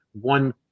One